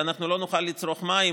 לא נוכל לצרוך מים,